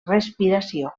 respiració